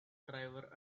driver